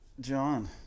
John